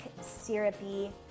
syrupy